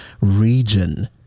region